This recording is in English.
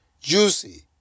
juicy